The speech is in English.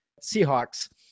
Seahawks